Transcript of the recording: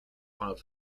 filed